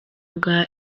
bwa